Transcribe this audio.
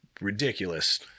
ridiculous